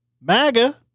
MAGA